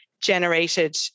generated